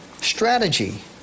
strategy